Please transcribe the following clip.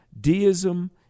deism